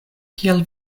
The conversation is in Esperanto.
kiel